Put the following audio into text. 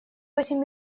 восемь